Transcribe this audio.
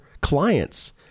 clients